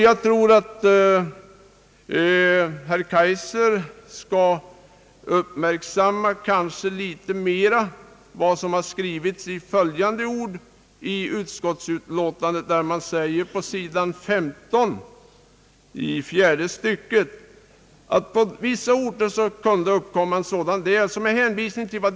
Jag tycker att herr Kaijser borde uppmärksamma litet mer vad utskottet säger på sidan 15, fjärde styckt, med hänvisning till vad departementschefen i fjol sade i denna fråga.